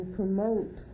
promote